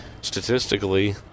Statistically